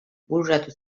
bururatu